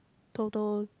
total